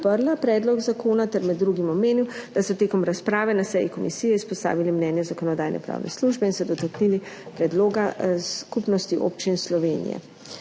predlog zakona, ter med drugim omenil, da so tekom razprave na seji komisije izpostavili mnenje Zakonodajno-pravne službe in se dotaknili predloga Skupnosti občin Slovenije.